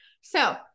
So-